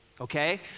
okay